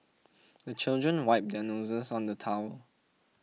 the children wipe their noses on the towel